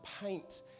paint